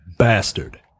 bastard